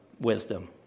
Wisdom